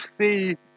see